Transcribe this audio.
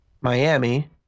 Miami